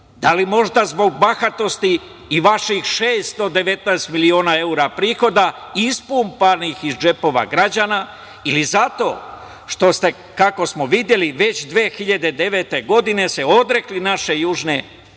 da li možda zbog bahatosti i vaših 619 miliona evra prihoda ispumpanih iz džepova građana ili zato što ste, kako smo videli, već 2009. godine se odrekli naše južne srpske